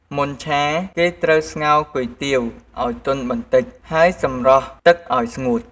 មុនឆា គេត្រូវស្ងោរគុយទាវឱ្យទន់បន្តិច ហើយសម្រស់ទឹកឱ្យស្ងួត។